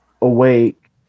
awake